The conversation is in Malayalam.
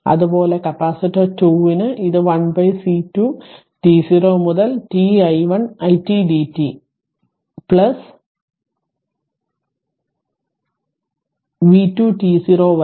അതുപോലെ കപ്പാസിറ്റർ 2 ന് ഇത് 1C2 t0 മുതൽ t it dt v2 t0 വരെ